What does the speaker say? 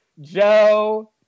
Joe